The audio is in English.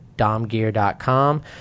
domgear.com